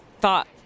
thought